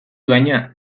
baina